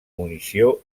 munició